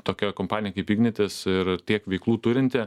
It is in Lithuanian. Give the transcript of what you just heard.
tokioj kompanijoj kaip ignitis ir tiek veiklų turinti